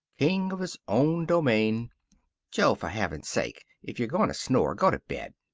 king of his own domain jo, for heaven's sake, if you're going to snore, go to bed!